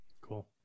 Cool